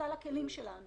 בסל הכלים שלנו